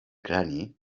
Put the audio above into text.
crani